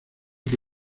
que